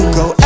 go